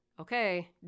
okay